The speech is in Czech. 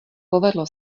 povedlo